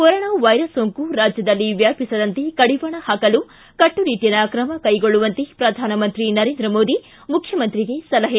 corona virus ಸೋಂಕು ರಾಜ್ಯದಲ್ಲಿ ವ್ಯಾಪಿಸದಂತೆ ಕಡಿವಾಣ ಹಾಕಲು ಕಟ್ಟುನಿಟ್ಟಿನ ಕ್ರಮ ಕೈಗೊಳ್ಳುವಂತೆ ಪ್ರಧಾನಮಂತ್ರಿ ನರೇಂದ್ರ ಮೋದಿ ಮುಖ್ಯಮಂತ್ರಿಗೆ ಸಲಹೆ